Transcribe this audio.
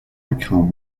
become